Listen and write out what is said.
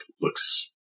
looks